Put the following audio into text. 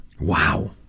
Wow